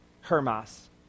Hermas